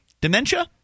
Dementia